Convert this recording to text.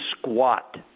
squat